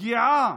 פגיעה